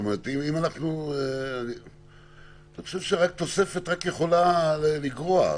אני חושב שתוספת יכולה רק לגרוע.